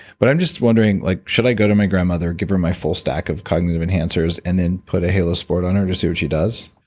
but i'm just wondering like should i go to my grandmother, give her my full stack of cognitive enhancers and then put a halo sport on her to see what she does?